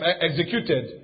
executed